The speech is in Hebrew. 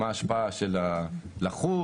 מה ההשפעה של לחות,